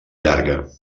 llarga